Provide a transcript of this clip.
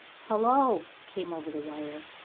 hullo! came over the wire.